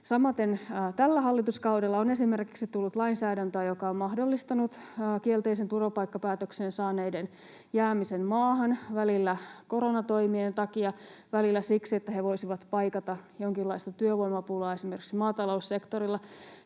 Samaten tällä hallituskaudella on esimerkiksi tullut lainsäädäntöä, joka on mahdollistanut kielteisen turvapaikkapäätöksen saaneiden jäämisen maahan välillä koronatoimien takia, välillä siksi, että he voisivat paikata jonkinlaista työvoimapulaa esimerkiksi maataloussektorilla.